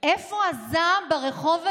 איפה הזעם ברחוב היהודי?